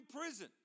prison